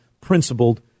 principled